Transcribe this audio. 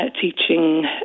teaching